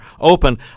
open